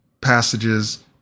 passages